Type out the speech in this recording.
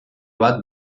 bat